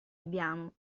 abbiamo